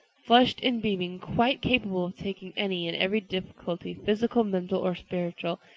flushed and beaming, quite capable of taking any and every difficulty, physical, mental or spiritual,